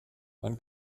man